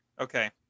Okay